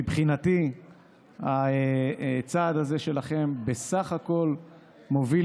מבחינתי הצעד הזה שלכם בסך הכול מוביל